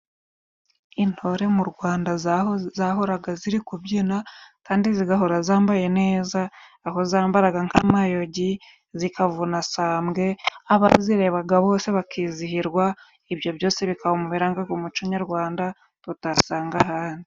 Intore mu Rwanda zahoze zahoraga ziri kubyina, kandi zigahora zambaye neza, aho zambaraga nk'amayogi zikavuna sambwe, abazirebaga bose bakizihirwa. Ibyo byose bikaba mu birangaga umuco nyarwanda tugasanga ahandi.